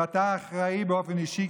ואתה אחראי באופן אישי,